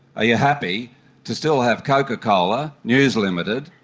yeah happy to still have coca-cola, news ltd,